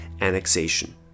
annexation